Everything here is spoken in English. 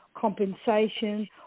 compensation